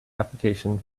application